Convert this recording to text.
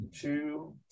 two